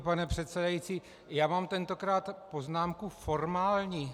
Pane předsedající, já mám tentokrát poznámku formální.